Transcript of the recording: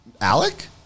Alec